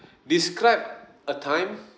describe a time